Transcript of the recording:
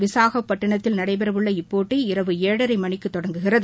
விசாகப்பட்டிணத்தில் நடைபெறவுள்ள இப்போட்டி இரவு ஏழரை மணிக்கு தொடங்குகிறது